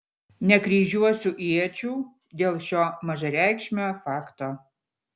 nekryžiuosiu iečių dėl šio mažareikšmio fakto